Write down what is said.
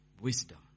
Wisdom